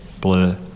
blur